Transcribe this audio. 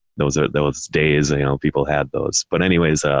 those are those days, you know, people had those. but anyways, ah,